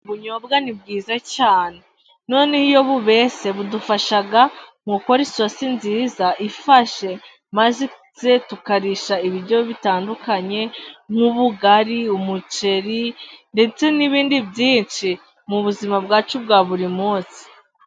Ubunyobwa ni bwiza cyane noneho iyo bubese budufasha mu gukora isosi nziza ifashe, maze tukarisha ibiryo bitandukanye nk'ubugari ,umuceri, ndetse n'ibindi byinshi mu buzima bwacu bwa buri munsi.